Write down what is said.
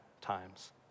times